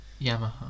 Yamaha